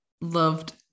loved